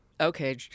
Okay